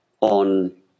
on